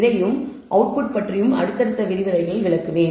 இதையும் அவுட்புட் பற்றியும் அடுத்தடுத்த விரிவுரைகளில் விளக்குவேன